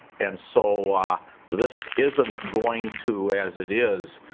and so this isn't going to as it is